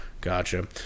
Gotcha